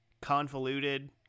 convoluted